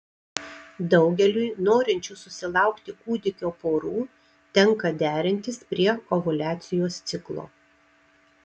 daugeliui norinčių susilaukti kūdikio porų tenka derintis prie ovuliacijos ciklo